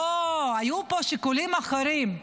לא, היו פה שיקולים אחרים.